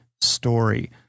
story